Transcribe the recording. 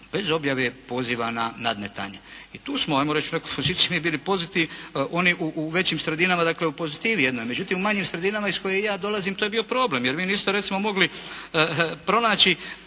bez objave poziva na nadmetanje i tu smo hajmo reći u nekoj poziciji mi bili pozitivni. Oni u većim sredinama dakle u pozitivi jednoj. Međutim, u manjim sredinama iz koje ja dolazim to je bio problem jer vi niste recimo mogli pronaći